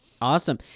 Awesome